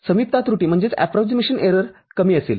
तर समीपता त्रुटी कमी असेल